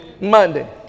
Monday